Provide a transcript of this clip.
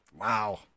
Wow